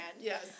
Yes